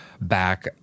back